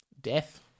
death